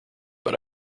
but